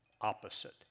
opposite